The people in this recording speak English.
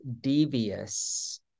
devious